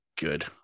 good